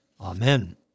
Amen